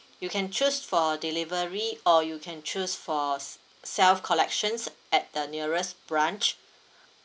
you can choose for delivery or you can choose for s~ self-collections at the nearest branch